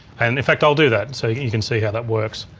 and in fact i'll do that so you can see how that works.